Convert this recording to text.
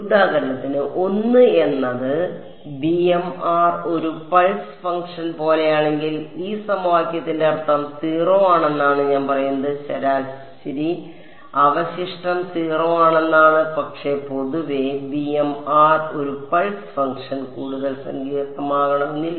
ഉദാഹരണത്തിന് 1 എന്നത് ഒരു പൾസ് ഫംഗ്ഷൻ പോലെയാണെങ്കിൽ ഈ സമവാക്യത്തിന്റെ അർത്ഥം 0 ആണെന്നാണ് ഞാൻ പറയുന്നത് ശരാശരി അവശിഷ്ടം 0 ആണെന്നാണ് പക്ഷേ പൊതുവെ ഒരു പൾസ് ഫംഗ്ഷൻ കൂടുതൽ സങ്കീർണ്ണമായ ഒന്നാകണമെന്നില്ല